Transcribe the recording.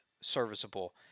serviceable